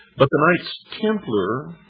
but the knights templar